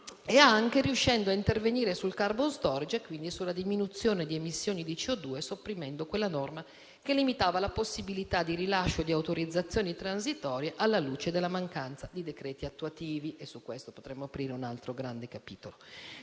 via, riuscendo anche a intervenire sul *carbon storage*, quindi sulla diminuzione di emissioni di CO2, sopprimendo quella norma che limitava la possibilità di rilascio di autorizzazioni transitorie alla luce della mancanza di decreti attuativi. E su questo potremmo aprire un altro grande capitolo.